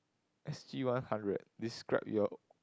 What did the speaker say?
S_G one hundred describe your